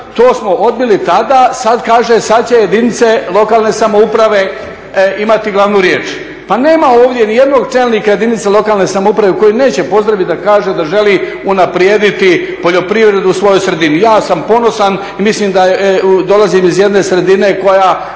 to smo odbili tada. Sad kaže sad će jedinice lokalne samouprave imati glavnu riječ. Pa nema ovdje nijednog čelnika jedinice lokalne samouprave koji neće pozdraviti da kaže da želi unaprijediti poljoprivredu u svojoj sredini. Ja sam ponosan i mislim da dolazim iz jedne sredine koja